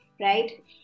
right